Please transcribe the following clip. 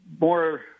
more